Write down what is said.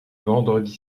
vendredi